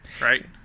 Right